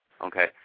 okay